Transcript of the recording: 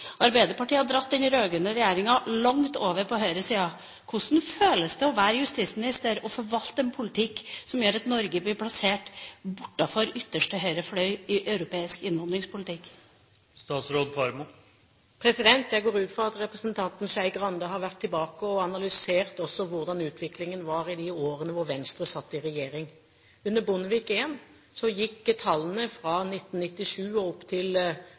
Arbeiderpartiet har dratt den rødgrønne regjeringen langt over mot høyresiden.» Hvordan føles det å være justisminister og forvalte en politikk som gjør at Norge blir plassert bortenfor ytterste høyre fløy i europeisk innvandringspolitikk? Jeg går ut fra at representanten Skei Grande har gått tilbake og analysert hvordan utviklingen var i de årene da Venstre satt i regjering. Under Bondevik I-regjeringen gikk tallene fra 1997 og fram til